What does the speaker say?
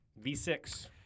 V6